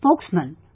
spokesman